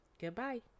goodbye